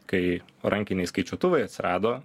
kai rankiniai skaičiuotuvai atsirado